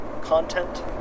content